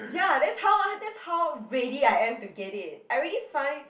ya that's how ah that's how ready I am to get it I already find